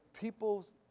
people's